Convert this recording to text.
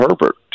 Herbert